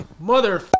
Mother